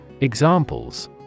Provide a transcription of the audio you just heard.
Examples